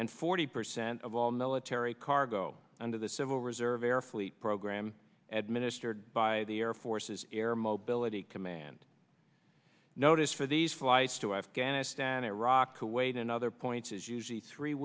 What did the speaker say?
and forty percent of all military cargo under the civil reserve air fleet program at ministered by the air force's air mobility command notice for these flights to afghanistan iraq kuwait and other points is usually three